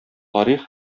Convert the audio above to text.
тарих